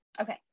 Okay